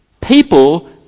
People